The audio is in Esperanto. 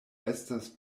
estas